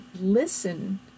listen